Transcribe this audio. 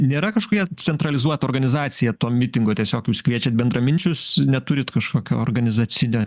nėra kažkokia centralizuota organizacija to mitingo tiesiog jūs kviečiat bendraminčius neturit kažkokio organizacinio